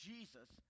Jesus